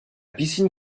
piscine